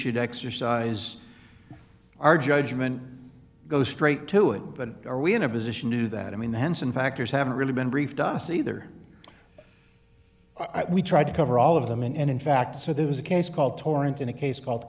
should exercise our judgment goes straight to it but are we in a position to do that i mean the henson factors haven't really been briefed us either we tried to cover all of them and in fact so there was a case called torent in a case called